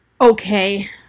Okay